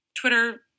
Twitter